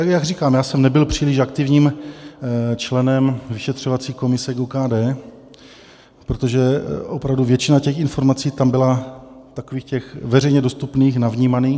Jak říkám, já jsem nebyl příliš aktivním členem vyšetřovací komise k OKD, protože opravdu většina těch informací tam byla takových těch veřejně dostupných, navnímaných.